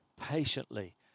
patiently